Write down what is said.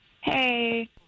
hey